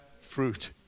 fruit